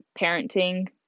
parenting